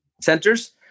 centers